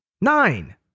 Nine